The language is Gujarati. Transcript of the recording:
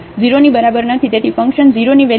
તેથી ફંકશન 0 ની વેલ્યુ લેશે